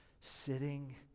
sitting